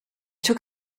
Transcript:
took